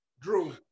Drew